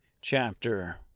Chapter